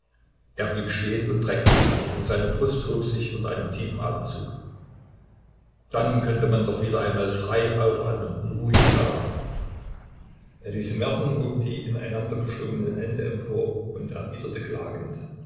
er blieb stehen und reckte sich und seine brust hob sich unter einem tiefen atemzug dann könnte man doch wieder einmal frei aufatmen und ruhig schlafen elise merten hob die ineinandergeschlungenen hände empor und erwiderte klagend